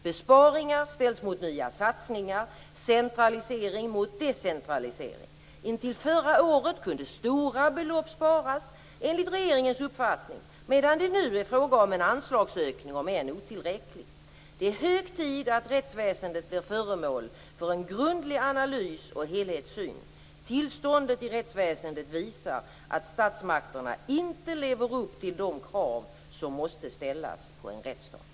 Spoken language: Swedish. Besparingar ställs mot nya satsningar, centralisering mot decentralisering. Intill förra året kunde stora belopp sparas, enligt regeringens uppfattning, medan det nu är fråga om en anslagsökning, om än otillräcklig. Det är hög tid att rättsväsendet blir föremål för en grundlig analys och helhetssyn. Tillståndet i rättsväsendet visar att statsmakterna inte lever upp till de krav som måste ställas på en rättsstat.